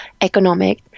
economic